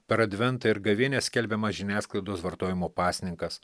per adventą ir gavėnią skelbiamas žiniasklaidos vartojimo pasninkas